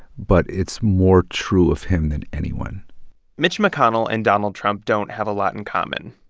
but it's more true of him than anyone mitch mcconnell and donald trump don't have a lot in common,